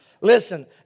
Listen